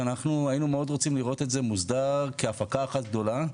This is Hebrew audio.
שאנחנו היינו מאוד רוצים לראות את זה מוסדר כהפקה אחת גדולה,